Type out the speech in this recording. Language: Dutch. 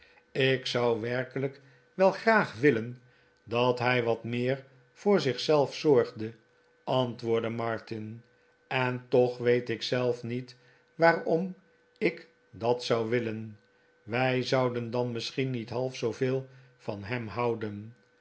ik zou werkelijk wel graag willen dat hij wat meer voor zich zelf zorgde ant woordde martin en toch weet ik zelf niet waarom ik dat zou willen wij zouden dan misschien niet half zooveel van hem houden